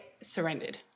surrendered